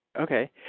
Okay